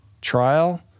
trial